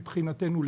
מבחינתנו,